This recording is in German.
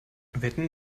wetten